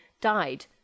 died